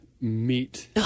meat